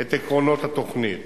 את עקרונות התוכנית.